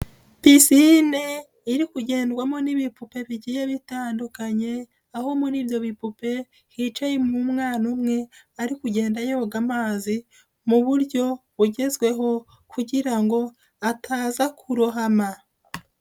Pisine iri kugendwamo n'ibipupe bigiye bitandukanye aho muri ibyo bipupe hicayemo umwana umwe ari kugenda yoga amazi mu buryo bugezweho kugira ngo ataza kurohama.